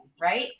right